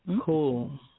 Cool